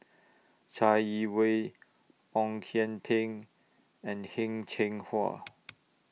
Chai Yee Wei Ong Kian Peng and Heng Cheng Hwa